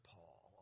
Paul